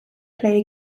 play